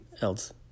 else